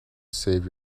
save